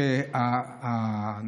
ישננו את זה כולם,